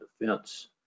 defense